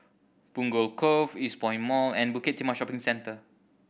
Punggol Cove Eastpoint Mall and Bukit Timah Shopping Centre